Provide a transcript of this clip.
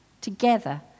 together